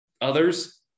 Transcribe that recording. Others